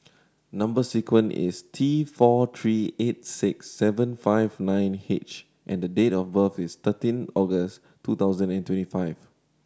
number sequence is T four three eight six seven five nine H and the date of birth is thirteen August two thousand and twenty five